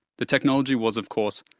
the technology was, of course,